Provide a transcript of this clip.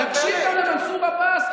נקשיב גם למנסור עבאס,